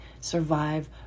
survive